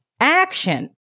Action